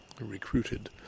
recruited